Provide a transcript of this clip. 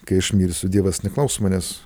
kai aš mirsiu dievas neklaus manęs